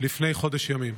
שהוגש לפני חודש ימים?